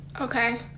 Okay